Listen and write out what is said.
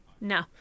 No